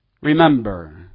Remember